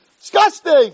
disgusting